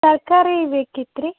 ತರಕಾರಿ ಬೇಕಿತ್ತು ರೀ